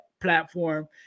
platform